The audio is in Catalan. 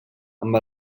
amb